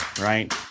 right